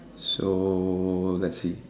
so let's see